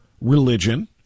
religion